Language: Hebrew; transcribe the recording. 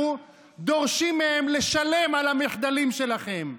דורשים מהם לשלם על המחדלים שלכם.